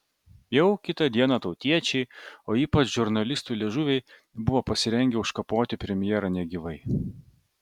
jau kitą dieną tautiečiai o ypač žurnalistų liežuviai buvo pasirengę užkapoti premjerą negyvai